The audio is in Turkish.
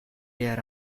yer